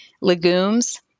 legumes